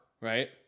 right